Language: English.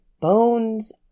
bones